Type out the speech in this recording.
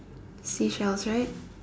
seashells rights